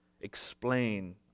explain